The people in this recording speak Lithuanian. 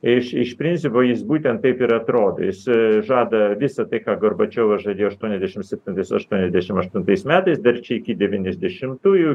iš iš principo jis būtent taip ir atrodo jis žada visa tai ką gorbačiovas žadėjo aštuoniasdešimt septintais aštuoniasdešimt aštuntais metais dar čia iki devyniasdešimtųjų